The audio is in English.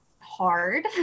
Hard